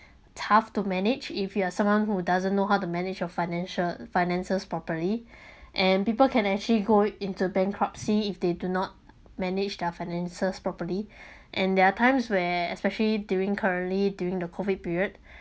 tough to manage if you are someone who doesn't know how to manage your financial finances properly and people can actually go into bankruptcy if they do not manage their finances properly and there're times where especially during currently during the COVID period